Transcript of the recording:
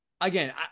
Again